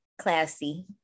classy